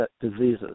diseases